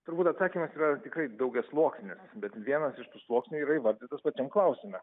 turbūt atsakymas yra tikrai daugiasluoksnis bet vienas iš tų sluoksnių yra įvardytos pačiam klausime